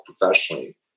professionally